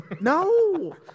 No